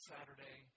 Saturday